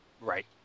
right